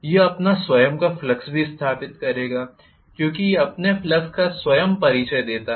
यह अपना स्वयं का फ्लक्स भी स्थापित करेगा क्योंकि यह अपने फ्लक्स का स्वयं परिचय देता है